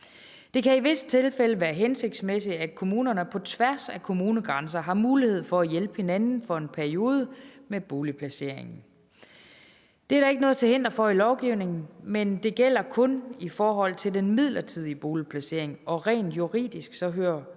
Det kan i visse tilfælde være hensigtsmæssigt, at kommunerne på tværs af kommunegrænser har mulighed for at hjælpe hinanden med boligplacering for en periode. Det er der ikke noget til hinder for i lovgivningen, men det gælder kun i forhold til den midlertidige boligplacering, og rent juridisk hører flygtningene